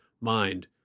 mind